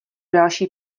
další